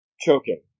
choking